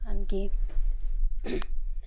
আনকি